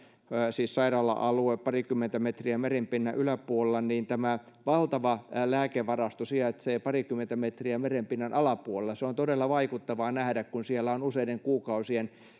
siis sairaala alue ja parikymmentä metriä merenpinnan yläpuolella valtavaa lääkevarastoa joka sijaitsee muistaakseni parikymmentä metriä merenpinnan alapuolella se on todella vaikuttavaa nähdä kun siellä on useiden kuukausien